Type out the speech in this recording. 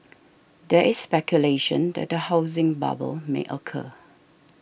there is speculation that a housing bubble may occur